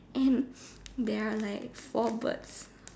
and there are like four birds